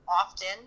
often